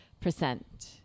percent